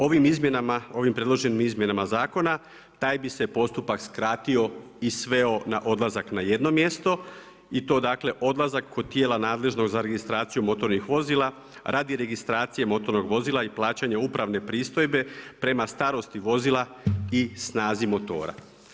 Ovim predloženim izmjenama zakona taj bi se postupak skratio i sveo na odlazak na jedno mjesto i to odlazak kod tijela nadležnog za registraciju motornih vozila radi registracije motornog vozila i plaćanja upravne pristojbe prema starosti vozila i snazi motora.